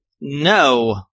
No